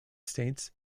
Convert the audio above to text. states